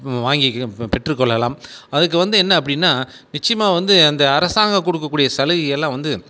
வாங்கிக்க பெற்றுக்கொள்ளலாம் அதுக்கு வந்து என்ன அப்படின்னா நிச்சயமா வந்து அந்த அரசாங்கம் கொடுக்ககூடிய சலுகைகள்லாம் வந்து